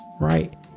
right